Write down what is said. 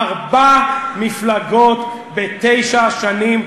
ארבע מפלגות בתשע שנים?